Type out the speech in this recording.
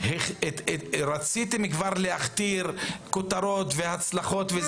רציתם כבר להכתיר כותרות והצלחות.